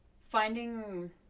finding